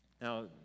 Now